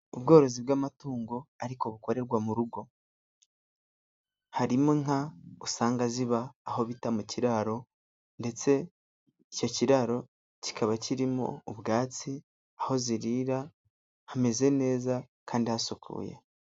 Ubworozi bw'amatungo ariko bukorerwa mu rugo. Harimo inka usanga ziba aho bita mu kiraro ndetse icyo kiraro kikaba kirimo ubwatsi, aho zirira hameze neza kandi hasukuye.